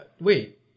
wait